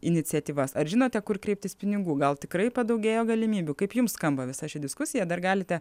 iniciatyvas ar žinote kur kreiptis pinigų gal tikrai padaugėjo galimybių kaip jums skamba visa ši diskusija dar galite